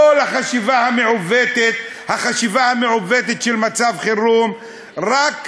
כל החשיבה המעוותת של מצב חירום רק תמשיך,